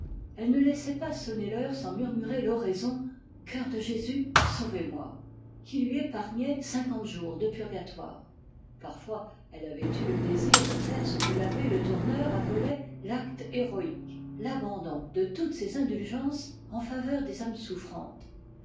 elle ne laissait pas sonner l'heure sans murmurer l'oraison cœur de jésus sauvez-moi qui lui épargnait cinquante jours de purgatoire parfois elle avait eu le désir de faire ce que l'abbé le tourneur appelait l acte héroïque l'abandon de toutes ces indulgences en faveur des âmes souffrantes